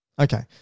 Okay